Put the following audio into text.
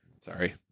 Sorry